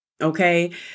Okay